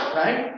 right